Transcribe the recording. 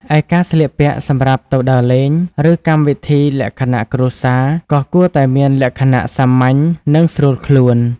ឯការស្លៀកពាក់សម្រាប់ទៅដើរលេង ឬកម្មវិធីលក្ខណៈគ្រួសារ ក៏គួរតែមានលក្ខណៈសាមញ្ញ និងស្រួលខ្លួន។